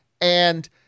and-